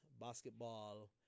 basketball